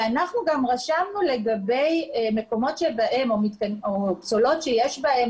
אנחנו גם רשמנו לגבי פסולות שיש בהם